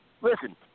listen